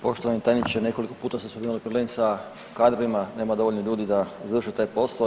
Poštovani tajniče nekoliko puta ste spominjali problem sa kadrovima, nema dovoljno ljudi da završi taj posao.